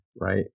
right